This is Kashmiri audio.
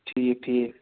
ٹھیٖک ٹھیٖک